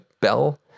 bell